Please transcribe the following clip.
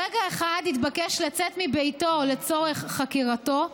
ברגע אחד התבקש לצאת מביתו לצורך חקירתו,